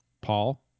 Paul